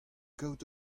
kaout